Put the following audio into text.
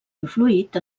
influït